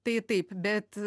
tai taip bet